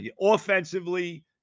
offensively